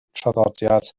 traddodiad